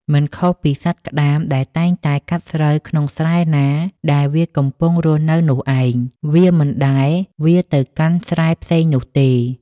មិនខុសពីសត្វក្តាមដែលតែងតែកាត់ស្រូវក្នុងស្រែណា ដែលវាកំពុងរស់នៅនោះឯង វាមិនដែលវារទៅកាន់ស្រែផ្សេងនោះទេ ។